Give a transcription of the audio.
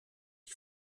die